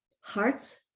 hearts